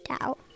out